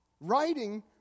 writing